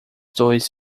dois